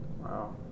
Wow